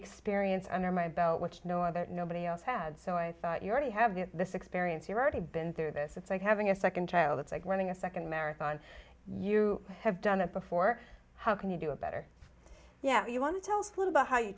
experience under my belt which no other nobody else had so i thought you already have this experience you've already been through this it's like having a second child it's like running a second marathon you have done it before how can you do a better yeah you want to tell us